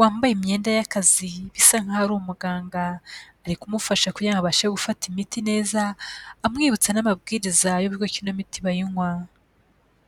wambaye imyenda y'akazi bisa nkaho ari umuganga, ari kumufasha kugira ngo abashe gufata imiti neza, amwibutsa n'amabwiriza y'uburyo ki ino miti bayinywa.